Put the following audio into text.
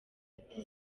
ati